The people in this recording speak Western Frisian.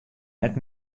net